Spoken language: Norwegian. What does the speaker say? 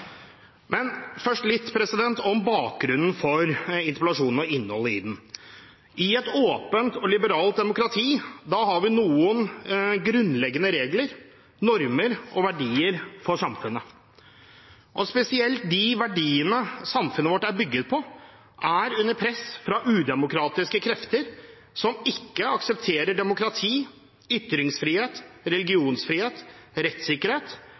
Men først litt om bakgrunnen for interpellasjonen og innholdet i den. I et åpent og liberalt demokrati har vi noen grunnleggende regler, normer og verdier for samfunnet. Spesielt de verdiene samfunnet vårt er bygget på, er under press fra udemokratiske krefter som ikke aksepterer demokrati, ytringsfrihet, religionsfrihet, rettssikkerhet